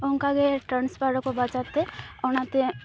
ᱚᱱᱠᱟᱜᱮ ᱴᱨᱟᱱᱥᱯᱷᱟᱨᱟᱠᱚ ᱵᱟᱡᱟᱨᱛᱮ ᱚᱱᱟᱛᱮ